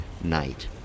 night